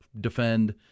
defend